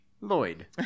Lloyd